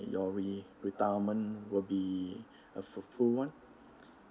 your re~ retirement will be a fruitful one